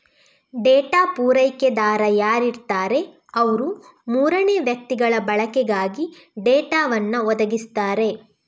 data ಪೂರೈಕೆದಾರ ಯಾರಿರ್ತಾರೆ ಅವ್ರು ಮೂರನೇ ವ್ಯಕ್ತಿಗಳ ಬಳಕೆಗಾಗಿ ಡೇಟಾವನ್ನು ಒದಗಿಸ್ತಾರೆ